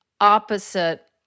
opposite